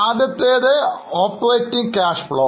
ആദ്യത്തേത് operating cash flows